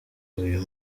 uyu